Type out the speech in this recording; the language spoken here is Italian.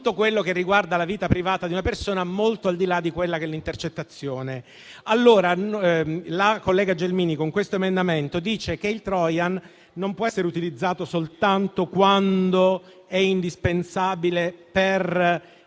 tutto quello che riguarda la vita privata di una persona, molto al di là di un'intercettazione. La collega Gelmini, con questo emendamento, dice che il *trojan* non può essere utilizzato soltanto quando è indispensabile per